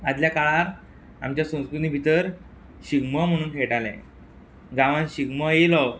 आदल्या काळार आमच्या संस्कृती भितर शिगमो म्हुणून खेळटाले गांवान शिगमो येयलो